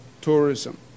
tourism